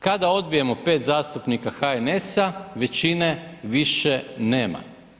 Kada odbijemo 5 zastupnika HNS-a, većine više nema.